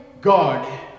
god